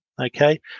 okay